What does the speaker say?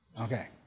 okay